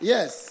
Yes